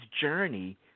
journey